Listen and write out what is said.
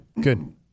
Good